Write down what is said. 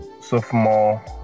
sophomore